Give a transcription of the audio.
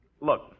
Look